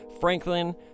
Franklin